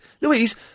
Louise